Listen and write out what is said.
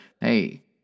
hey